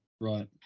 Right